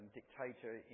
dictator